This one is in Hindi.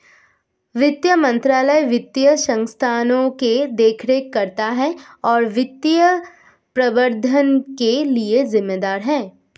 वित्त मंत्रालय वित्तीय संस्थानों की देखरेख करता है और वित्तीय प्रबंधन के लिए जिम्मेदार है